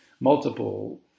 multiple